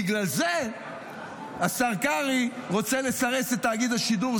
בגלל זה השר קרעי רוצה לסרס את תאגיד השידור.